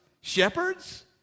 Shepherds